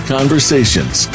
Conversations